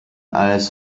als